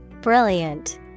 Brilliant